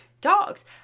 dogs